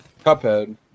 Cuphead